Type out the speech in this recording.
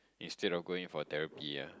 instead of going for therapy ah